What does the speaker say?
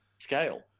scale